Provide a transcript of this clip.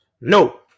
No